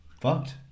fucked